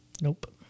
Nope